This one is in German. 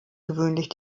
gewöhnlich